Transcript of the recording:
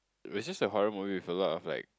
were just the horror movie with a lot of like